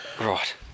Right